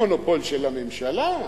המונופול של הממשלה.